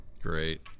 Great